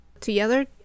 together